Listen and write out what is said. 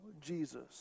Jesus